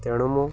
ତେଣୁ ମୁଁ